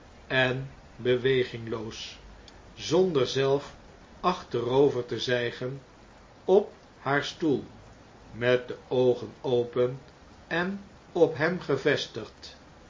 en bewegingloos zonder zelf achterover tezijgen op haar stoel met de oogen open en op hem gevestigd